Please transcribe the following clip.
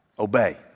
Obey